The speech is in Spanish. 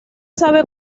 sabe